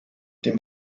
dem